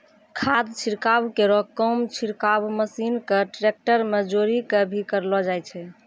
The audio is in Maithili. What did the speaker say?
खाद छिड़काव केरो काम छिड़काव मसीन क ट्रेक्टर में जोरी कॅ भी करलो जाय छै